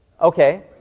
Okay